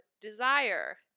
desire